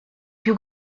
più